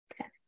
okay